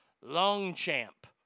Longchamp